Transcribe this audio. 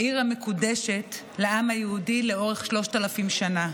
העיר המקודשת לעם היהודי לאורך שלושת אלפים שנה.